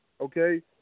Okay